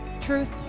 truth